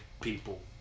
people